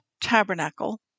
tabernacle